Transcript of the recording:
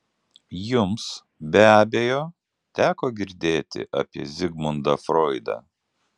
jums be abejo teko girdėti apie zigmundą froidą